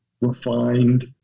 refined